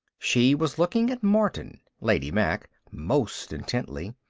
she was looking at martin lady mack most intently,